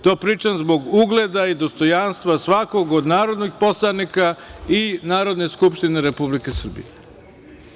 To pričam zbog ugleda i dostojanstva svakog od narodnih poslanika i Narodne skupštine Republike Srbije.